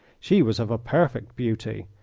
she was of a perfect beauty,